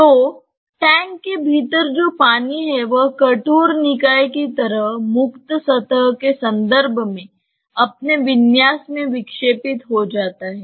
तो टैंक के भीतर जो पानी है वह कठोर निकाय की तरह मुक्त सतह के संदर्भ में अपने विन्यास में विक्षेपित हो जाता है